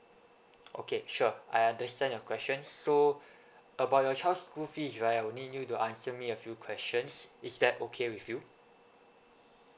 okay sure I understand your question so about your child's school fee right I will need you to answer me a few questions is that okay with you